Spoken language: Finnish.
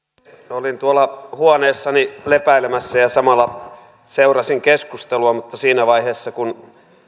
olin tuolla huoneessani lepäilemässä ja samalla seurasin keskustelua mutta siinä vaiheessa kun